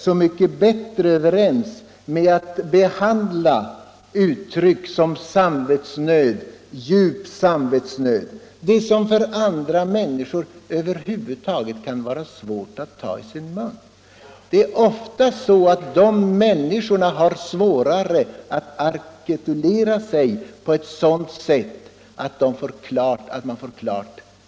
Det är fråga om uttryck som ”samvetsnöd” och ”djup samvetsnöd”, ord som det för andra människor kan vara svårt att över huvud taget ta i sin mun. Det är för dessa människor ofta svårare att artikulera sig på ett sådant sätt att man får deras motiv klargjorda.